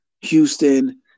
Houston